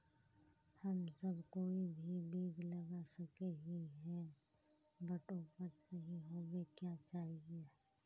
हम सब कोई भी बीज लगा सके ही है बट उपज सही होबे क्याँ चाहिए?